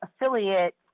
affiliate